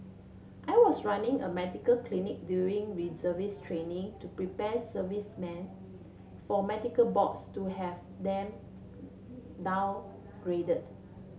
I was running a medical clinic during reservist training to prepare servicemen for medical boards to have them downgraded